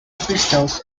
crystals